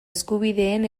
eskubideen